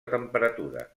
temperatura